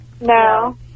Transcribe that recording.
No